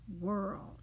world